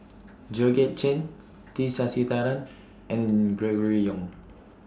Georgette Chen T Sasitharan and Gregory Yong